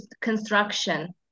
construction